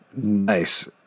Nice